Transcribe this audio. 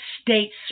states